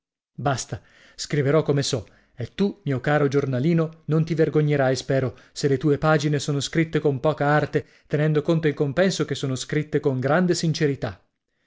basta scriverò come so e tu mio caro giornalino non ti vergognerai spero se le tue pagine sono scritte con poca arte tenendo conto in compenso che sono scritte con grande sincerità